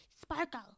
Sparkle